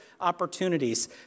opportunities